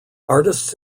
artists